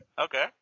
okay